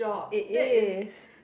it is